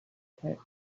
pits